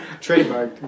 Trademark